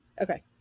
okay